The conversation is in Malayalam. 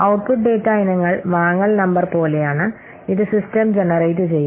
ഔട്ട്പുട്ട് ഡാറ്റ ഇനങ്ങൾ വാങ്ങൽ നമ്പർ പോലെയാണ് ഇത് സിസ്റ്റം ജനറേറ്റു ചെയ്യും